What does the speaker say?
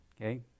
Okay